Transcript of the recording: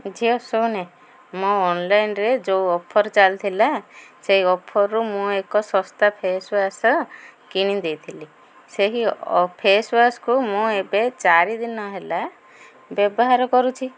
ଝିଅ ଶୁଣେ ମୋ ଅନଲାଇନ୍ରେ ଯେଉଁ ଅଫର୍ ଚାଲିଥିଲା ସେଇ ଅଫରରୁ ମୁଁ ଏକ ଶସ୍ତା ଫେସ୍ୱାଶ୍ କିଣି ଦେଇଥିଲି ସେହି ଫେସ୍ୱାଶ୍କୁ ମୁଁ ଏବେ ଚାରିଦିନ ହେଲା ବ୍ୟବହାର କରୁଛି